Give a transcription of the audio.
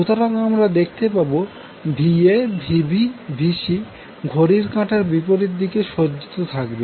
সুতরাং আমরা দেখতে পাবো Va Vb Vcঘড়ির কাটার বিপরীত দিকে সজ্জিত থাকবে